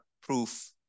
Proof